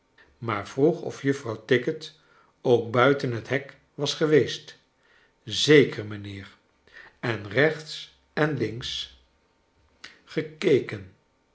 maar vroeg of juffrouw tickit ook buiten het hek was geweest zeker mijnheer en rechts en links gekeken